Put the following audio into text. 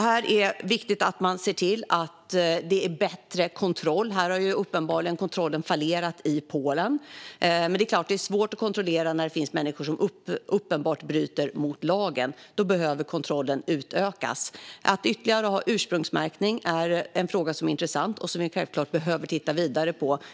Det är viktigt att man ser till att det är bättre kontroll. Här har uppenbarligen kontrollen i Polen fallerat. Men det är klart att det är svårt att kontrollera när det finns människor som uppenbarligen bryter mot lagen. Då behöver kontrollen utökas. Att ha ytterligare ursprungsmärkning är en fråga som är intressant och som vi självklart behöver titta vidare på.